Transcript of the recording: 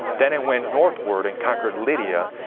then it went northward and conquered lydia,